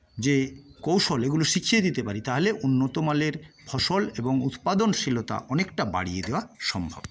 যে কৌশল এগুলো শিখিয়ে দিতে পারি তাহলে উন্নত মানের ফসল এবং উৎপাদনশীলতা অনেকটা বাড়িয়ে দেওয়া সম্ভব